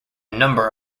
number